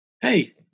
hey